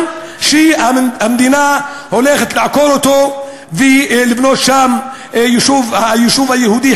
שהמדינה הולכת לעקור ולבנות שם יישוב יהודי,